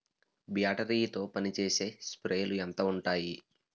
Battery తో పనిచేసే స్ప్రేలు ఎంత ఉంటాయి?